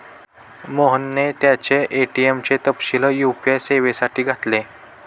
मोहनने त्याचे ए.टी.एम चे तपशील यू.पी.आय सेवेसाठी घातले